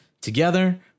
Together